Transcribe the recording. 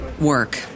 work